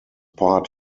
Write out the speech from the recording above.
part